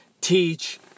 teach